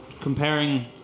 comparing